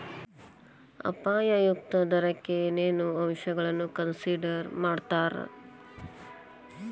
ಅಪಾಯ ಮುಕ್ತ ದರಕ್ಕ ಏನೇನ್ ಅಂಶಗಳನ್ನ ಕನ್ಸಿಡರ್ ಮಾಡ್ತಾರಾ